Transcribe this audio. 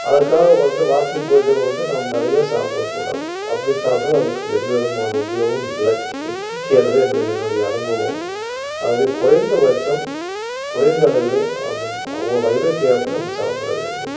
அதுக்காக வந்து வாக்கிங் போயிட்டு வந்து நாம் நிறைய சாப்பிடக்கூடாது அப்படி சாப்ட்டோனா அதுக்கு எந்த விதமான உபயோகமும் இல்லை என்னது என்னுடைய அனுபவம் ஆகவே குறைந்தபட்சம் குறைந்த அளவிலே அது அவுங்கவங்க வயதிற்கேற்று நம்ம சாப்பிட வேண்டும்